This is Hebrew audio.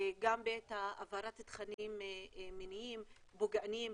גם בהעברת תכנים מיניים פוגעניים,